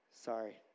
Sorry